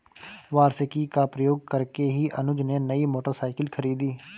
वार्षिकी का प्रयोग करके ही अनुज ने नई मोटरसाइकिल खरीदी